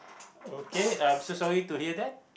okay I'm so sorry to hear that